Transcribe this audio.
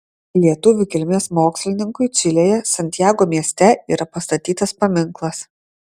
lietuvių kilmės mokslininkui čilėje santjago mieste yra pastatytas paminklas